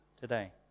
today